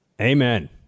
Amen